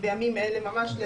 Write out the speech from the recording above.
בימים האלה ממש.